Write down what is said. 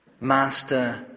Master